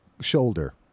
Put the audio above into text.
shoulder